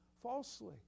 falsely